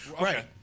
right